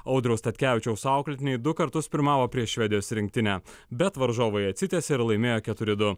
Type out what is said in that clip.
audriaus statkevičiaus auklėtiniai du kartus pirmavo prieš švedijos rinktinę bet varžovai atsitiesė ir laimėjo keturi du